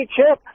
Chip